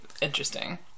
interesting